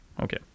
okay